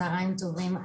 צוהריים טובים,